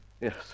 Yes